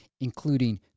including